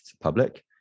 public